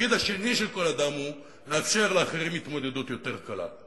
והתפקיד השני של כל אדם הוא לאפשר לאחרים התמודדות יותר קלה,